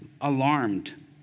alarmed